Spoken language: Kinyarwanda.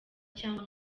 cyangwa